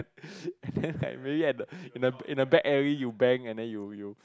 and then like maybe at the in the in the back alley you bang and you you